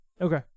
Okay